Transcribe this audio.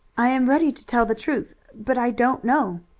i am ready to tell the truth, but i don't know.